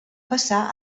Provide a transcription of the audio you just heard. passar